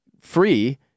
free